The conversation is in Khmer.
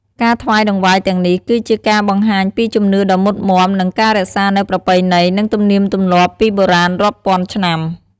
ការថ្វាយតង្វាយទាំងនេះ គឺជាការបង្ហាញពីជំនឿដ៏មុតមាំ និងការរក្សានូវ ប្រពៃណី និងទំនៀមទម្លាប់ពីបុរាណរាប់ពាន់ឆ្នាំ។